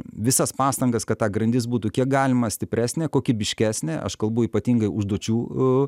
visas pastangas kad ta grandis būtų kiek galima stipresnė kokybiškesnė aš kalbu ypatingai užduočių